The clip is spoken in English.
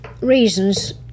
reasons